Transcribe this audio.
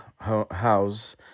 house